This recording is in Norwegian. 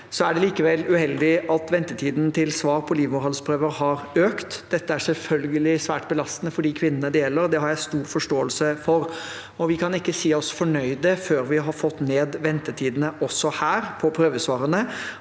Det er likevel uheldig at ventetiden for svar på livmorhalsprøver har økt. Dette er selvfølgelig svært belastende for de kvinnene det gjelder. Det har jeg stor forståelse for. Vi kan ikke si oss fornøyd før vi har fått ned ventetidene, også på prøvesvarene.